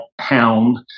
hound